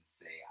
say